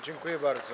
Dziękuję bardzo.